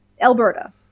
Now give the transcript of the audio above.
Alberta